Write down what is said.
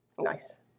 Nice